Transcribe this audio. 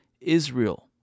Israel